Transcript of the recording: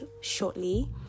shortly